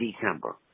December